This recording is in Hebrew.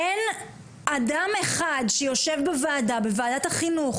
אין אדם אחד שיושב בוועדת החינוך,